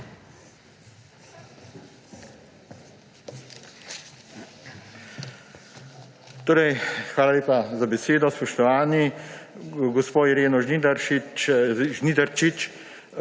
Hvala lepa za besedo. Spoštovani! Gospo Ireno Žnidarčič